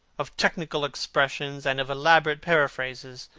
of technical expressions and of elaborate paraphrases,